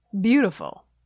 Beautiful